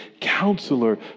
counselor